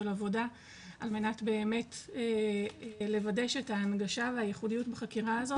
עבודה על מנת באמת לוודא שאת ההנגשה והייחודיות בחקירה הזאת